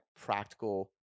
practical